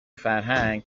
فرهنگ